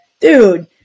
dude